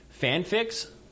Fanfics